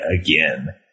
again